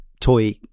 toy